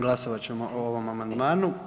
Glasovat ćemo o ovom amandmanu.